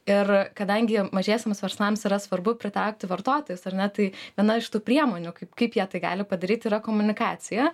ir kadangi mažiesiems verslams yra svarbu pritraukti vartotojus ar ne tai viena iš tų priemonių kaip kaip jie tai gali padaryt yra komunikacija